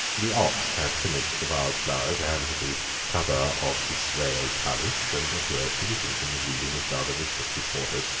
the ox had finished the vase-flowers and the cover of israel kalisch, and appeared to be thinking of leaving its rather restricted quarters.